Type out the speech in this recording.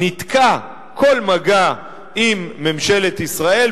ניתקה כל מגע עם ממשלת ישראל,